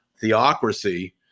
theocracy